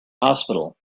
hospital